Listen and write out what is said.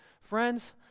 friends